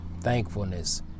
thankfulness